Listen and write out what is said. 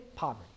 Poverty